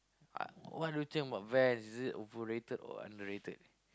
I what do you think about Vans is it overrated or underrated